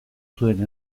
zuen